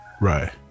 Right